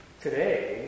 Today